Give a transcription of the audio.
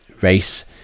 race